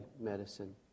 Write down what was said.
medicine